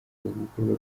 gukorwa